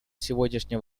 сегодняшнем